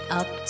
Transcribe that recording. up